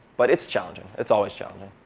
but it's challenging. it's always challenging.